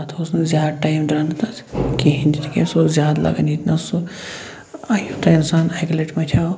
تتھ اوس نہٕ زیادٕ ٹایِم درٛاو نہٕ تتھ کِہیٖنۍ تہِ تِکیٛازِ سُہ اوس زیادٕ لگن ییٚتہِ نہ سُہ یوٗتاہ اِنسان اکہِ لٹہِ متھیو